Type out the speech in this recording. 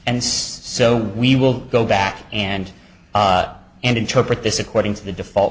and so we will go back and and interpret this according to the default